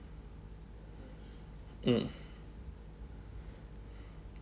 mm